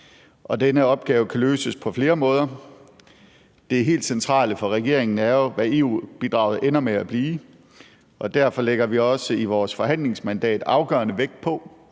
Denne opgave kan løses på flere måder. Det helt centrale for regeringen er jo, hvad EU-bidraget ender med at blive, og derfor lægger vi også i vores forhandlingsmandat afgørende vægt på